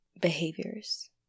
behaviors